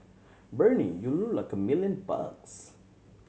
Bernie you look like a million bucks